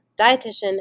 dietitian